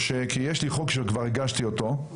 כי יש לי חוק שכבר הגשתי אותו,